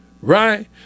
right